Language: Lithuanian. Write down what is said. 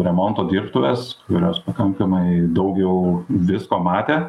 remonto dirbtuves kurios pakankamai daug jau visko matę